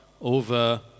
over